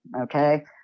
okay